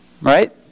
right